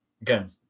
again